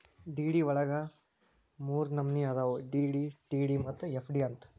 DD ವಳಗ ಮೂರ್ನಮ್ನಿ ಅದಾವು ಡಿ.ಡಿ, ಟಿ.ಡಿ ಮತ್ತ ಎಫ್.ಡಿ ಅಂತ್